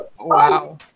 Wow